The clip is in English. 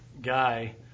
guy